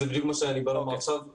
זה בדיוק מה שאני בא לומר עכשיו.